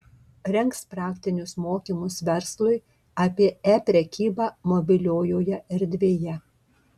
rengs praktinius mokymus verslui apie e prekybą mobiliojoje erdvėje